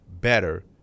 better